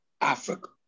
Africa